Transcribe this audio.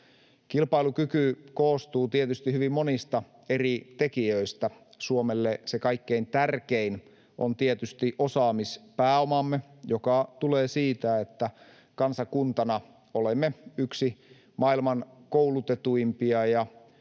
Kilpailukyky koostuu tietysti hyvin monista eri tekijöistä. Suomelle se kaikkein tärkein on tietysti osaamispääomamme, joka tulee siitä, että kansakuntana olemme yksi maailman koulutetuimpia ja